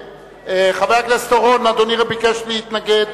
חבר הכנסת אורון, אדוני לא ביקש להתנגד?